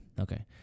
Okay